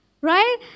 right